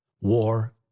War